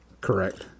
Correct